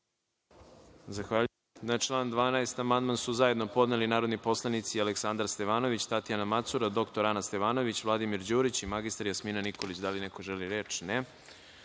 Zahvaljujem. Na član 12. amandman su zajedno podneli narodni poslanici Aleksandar Stevanović, Tatjana Macura, dr Ana Stevanović, Vladimir Đurić i mr Jasmina Nikolić. Da li neko želi reč?